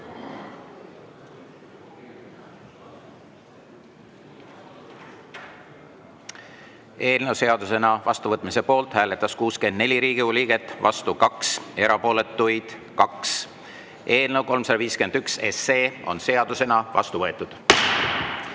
Eelnõu seadusena vastuvõtmise poolt hääletas 64 Riigikogu liiget, vastu oli 2, erapooletuid 2. Eelnõu 351 on seadusena vastu võetud.